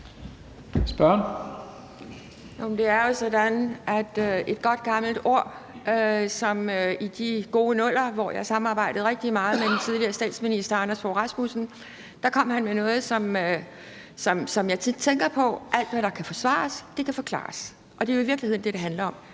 Kl. 12:10 Pia Kjærsgaard (DF): I de gode nuller, hvor jeg samarbejdede rigtig meget med den tidligere statsminister Anders Fogh Rasmussen, sagde han noget, som jeg tit tænker på: Alt, hvad der kan forsvares, det kan forklares. Og det er jo i virkeligheden det, det handler om.